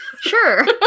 Sure